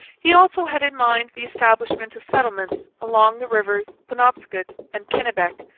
he also had in mind the establishment of settlements along the rivers penobscot and kennebec,